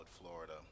Florida